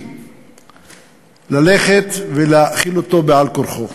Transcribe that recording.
מחליטים ללכת ולהאכיל אותו בעל-כורחו.